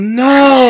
no